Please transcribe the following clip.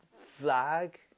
flag